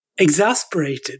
Exasperated